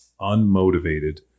unmotivated